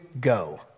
go